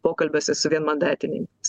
pokalbiuose su vienmandatininkais